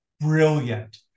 brilliant